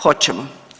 Hoćemo.